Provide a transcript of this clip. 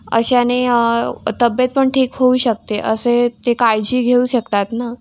अशाने तब्येत पण ठीक होऊ शकते असे ते काळजी घेऊ शकतात ना